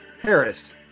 Harris